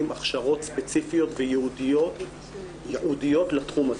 הכשרות ספציפיות וייעודיות לתחום הזה.